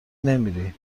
نمیری